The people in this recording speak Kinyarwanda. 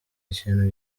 ikintu